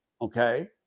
okay